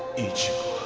ichigo